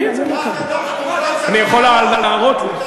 אני יכול להראות לך.